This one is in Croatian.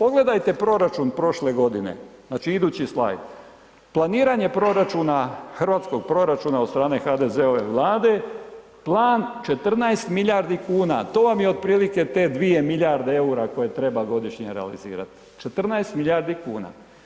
Ogledajte proračun prošle godine, znači idući slajd, planiranje proračuna, hrvatskog proračuna od strane HDZ-ove Vlade, plan 14 milijardi kuna, to vam je otprilike te 2 milijarde eura koje treba godišnje realizirat, 14 milijardi kuna.